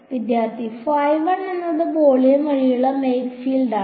വിദ്യാർത്ഥി ഫൈ 1 എന്നത് വോളിയം വഴിയുള്ള മേക്ക് ഫീൽഡാണ്